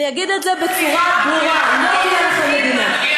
אני אגיד את זה בצורה ברורה: לא תהיה לכם מדינה.